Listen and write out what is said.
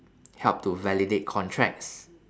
help to validate contracts